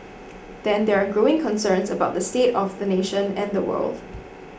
then there are growing concerns about the state of the nation and the world